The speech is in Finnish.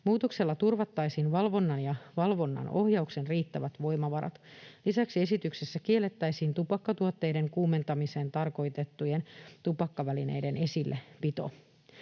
Muutoksella turvattaisiin valvonnan ja valvonnan ohjauksen riittävät voimavarat. Lisäksi esityksessä kiellettäisiin tupakkatuotteiden kuumentamiseen tarkoitettujen tupakkavälineiden esilläpito.